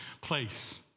place